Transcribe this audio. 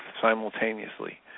simultaneously